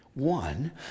One